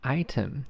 item